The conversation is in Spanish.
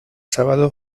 sábado